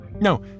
No